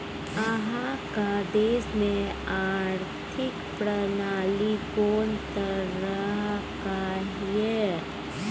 अहाँक देश मे आर्थिक प्रणाली कोन तरहक यै?